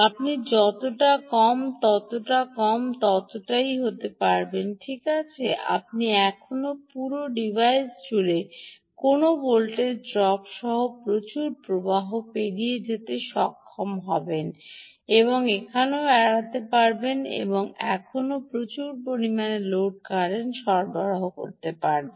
আপনি যতটা কম তত কম ততই ডান হতে পারবেন আপনি এখনও পুরো ডিভাইস জুড়ে কোনও ভোল্টেজ ড্রপ সহ প্রচুর প্রবাহ পেরিয়ে যেতে সক্ষম হবেন এবং এখনও এড়াতে পারবেন এবং এখনও প্রচুর পরিমাণে লোড কারেন্ট সরবরাহ করতে পারবেন